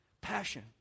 Passion